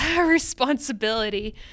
responsibility